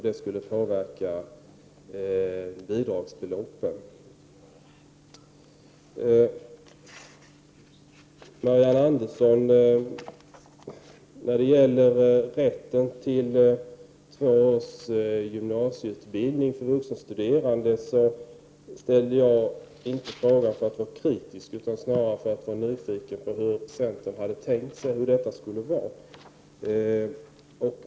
Jag ställde inte frågan till Marianne Andersson om rätten till två års gymnasieutbildning för vuxenstuderande därför att jag var kritisk, utan snarare därför att jag var nyfiken på hur centern hade tänkt sig detta.